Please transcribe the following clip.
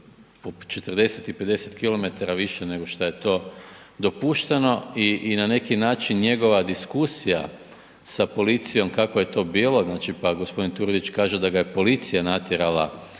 40 i 50 km/h više nego šta je to dopušteno i na neki način njegova diskusija sa policijom kako je to bilo, znači pa g. Turudić kaže da ga je policija natjerala